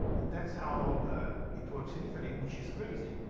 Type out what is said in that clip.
and that's how it works in italy, which is crazy,